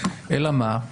אלא מה?